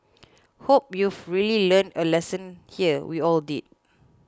hope you've really learned a lesson here we all did